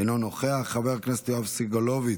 אינו נוכח, חבר הכנסת יואב סגלוביץ'